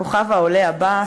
הכוכב העולה הבא,